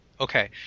Okay